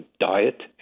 diet